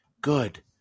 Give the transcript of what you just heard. good